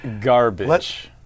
garbage